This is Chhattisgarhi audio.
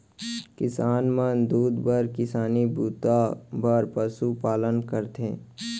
किसान मन दूद बर किसानी बूता बर पसु पालन करथे